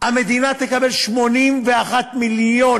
המדינה תקבל 81 מיליון,